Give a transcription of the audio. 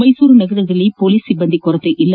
ಮೈಸೂರು ನಗರದಲ್ಲಿ ಪೊಲೀಸ್ ಸಿಬ್ಬಂದಿ ಕೊರತೆ ಇಲ್ಲ